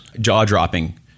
jaw-dropping